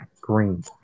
Green